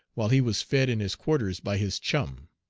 while he was fed in his quarters by his chum.